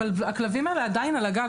הכלבים האלה עדיין על הגג.